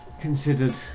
considered